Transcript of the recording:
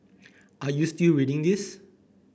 are you still reading this